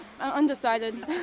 Undecided